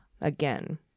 again